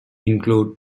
include